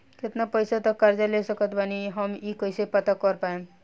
केतना पैसा तक कर्जा ले सकत बानी हम ई कइसे पता कर पाएम?